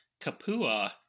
Kapua